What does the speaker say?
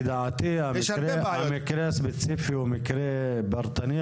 לדעתי המקרה הספציפי הוא מקרה שהיה אמור להיות פרטני,